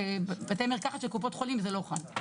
בתי מרקחת של קופות החולים זה לא חל.